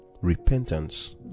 repentance